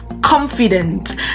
confident